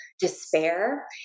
despair